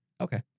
Okay